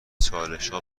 چالشها